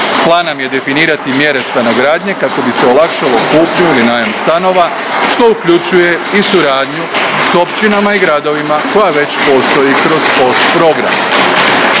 Plan nam je definirati mjere stanogradnje kako bi se olakšalo kupnju ili najam stanova što uključuje i suradnju s općinama i gradovima koja već postoji kroz POS program.